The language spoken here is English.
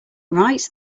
writes